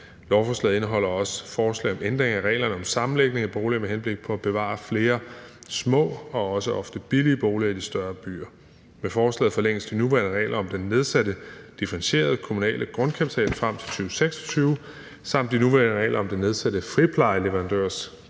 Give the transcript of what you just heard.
Lovforslaget indeholder også forslag om ændring af reglerne om sammenlægning af boliger med henblik på at bevare flere små og også ofte billige boliger i de større byer. Med forslaget forlænges de nuværende regler om den nedsatte differentierede kommunale grundkapital frem til 2026 samt de nuværende regler om det nedsatte kapitalindskud